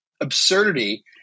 absurdity